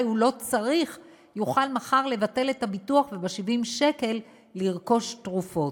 הוא לא צריך יוכל מחר לבטל את הביטוח וב-70 שקל לרכוש תרופות.